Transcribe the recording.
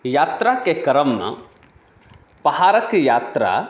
यात्राके क्रममे पहाड़क यात्रा